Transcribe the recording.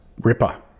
ripper